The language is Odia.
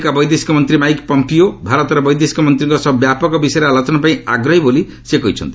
ଆମେରିକା ବୈଦେଶିକ ମନ୍ତ୍ରୀ ମାଇକ୍ ପମ୍ପିଓ ଭାରତର ବୈଦେଶିକ ମନ୍ତ୍ରୀଙ୍କ ସହ ବ୍ୟାପକ ବିଷୟରେ ଆଲୋଚନା ପାଇଁ ଆଗ୍ରହୀ ବୋଲି କହିଛନ୍ତି